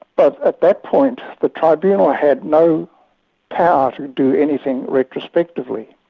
but at that point the tribunal ah had no power to do anything retrospectively,